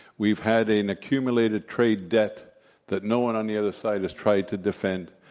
we've had an accumulated trade debt that no one on the other side has tried to defend,